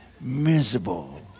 miserable